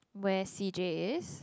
where C_J is